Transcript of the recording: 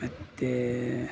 ಮತ್ತು